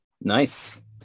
Nice